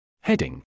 Heading